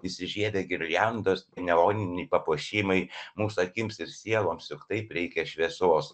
įsižiebia girliandos neoniniai papuošimai mūsų akims ir sieloms juk taip reikia šviesos